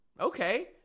Okay